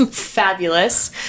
fabulous